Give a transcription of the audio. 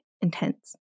intense